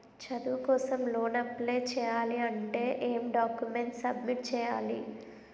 చదువు కోసం loan apply చేయాలి అంటే ఎం డాక్యుమెంట్స్ సబ్మిట్ చేయాలి?